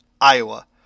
Iowa